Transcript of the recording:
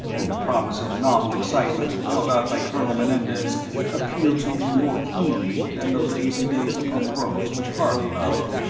and the promise of novel excitement held out by colonel menendez appealed to me more keenly than the lazy days upon the roads which harley loved.